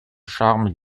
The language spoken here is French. charme